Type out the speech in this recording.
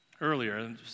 earlier